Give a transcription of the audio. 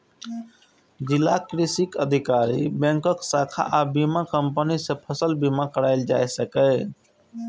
जिलाक कृषि अधिकारी, बैंकक शाखा आ बीमा कंपनी सं फसल बीमा कराएल जा सकैए